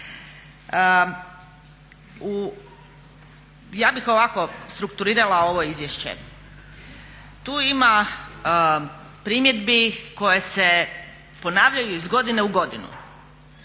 Ja bih ovako strukturirala ovo izvješće, tu ima primjedbi koje se ponavljaju iz godine u godinu,